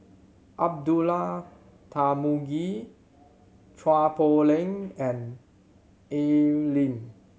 Abdullah Tarmugi Chua Poh Leng and Al Lim